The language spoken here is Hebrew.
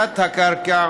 תת-הקרקע,